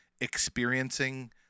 experiencing